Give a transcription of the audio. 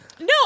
No